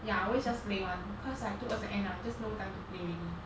ya always just play [one] cause like towards the end ah just no time to play already